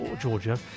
Georgia